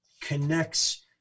connects